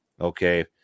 Okay